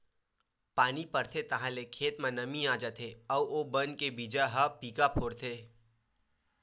पानी परथे ताहाँले खेत म नमी आ जाथे अउ ओ बन के बीजा ह पीका फोरथे